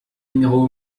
numéro